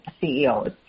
CEOs